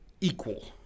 equal